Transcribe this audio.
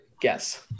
guess